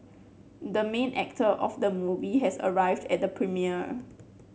the main actor of the movie has arrived at the premiere